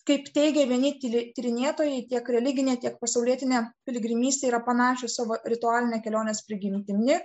kaip teigia vieni ty tyrinėtojai tiek religinė tiek pasaulietinė piligrimystė yra panašios savo ritualine kelionės prigimtimi